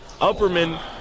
Upperman